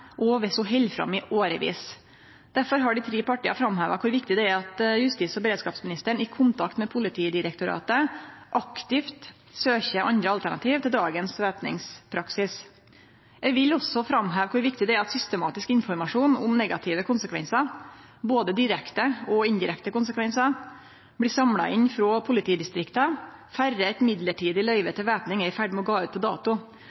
held fram i årevis. Derfor har dei tre partia framheva kor viktig det er at justis- og beredskapsministeren i kontakt med Politidirektoratet aktivt søkjer andre alternativ til dagens væpningspraksis. Eg vil også framheve kor viktig det er at systematisk informasjon om negative konsekvensar, både direkte og indirekte konsekvensar, blir samla inn frå politidistrikta før eit mellombels løyve til væpning er i ferd med å gå ut på dato.